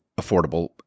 affordable